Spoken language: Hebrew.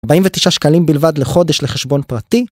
49 שקלים בלבד לחודש לחשבון פרטי